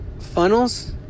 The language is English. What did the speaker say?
Funnels